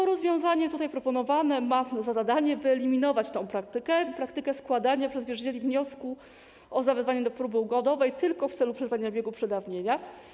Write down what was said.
Proponowane tutaj rozwiązanie ma za zadanie wyeliminować tę praktykę, praktykę składania przez wierzycieli wniosku o zawezwanie do próby ugodowej tylko w celu przerwania biegu przedawnienia.